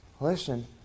Listen